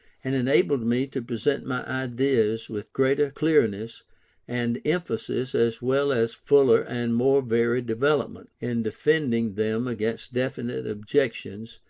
and enabled me to present my ideas with greater clearness and emphasis as well as fuller and more varied development, in defending them against definite objections,